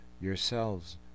yourselves